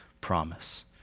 promise